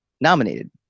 nominated